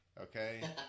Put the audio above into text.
okay